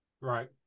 Right